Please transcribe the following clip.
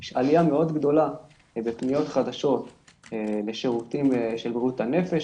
יש עלייה מאוד גדולה בפניות חדשות לשירותים של בריאות הנפש,